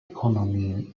economy